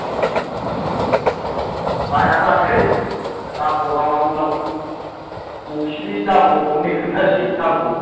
बायनानै लांसै नांगौबा गावनाव उनाव गंसेनि दामाव गंनै खोन्थासै दामखौ